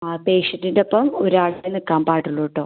ആ പേഷ്യൻറ്റിൻറെ ഒപ്പം ഒരാളേ നിൽക്കാൻ പാടുള്ളൂ കേട്ടോ